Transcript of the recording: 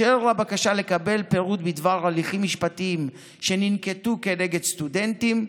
אשר לבקשה לקבל פירוט בדבר הליכים משפטיים שננקטו כנגד סטודנטים,